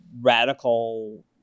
radical